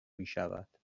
میشود